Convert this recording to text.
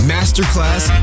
Masterclass